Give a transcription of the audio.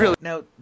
Now